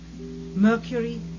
Mercury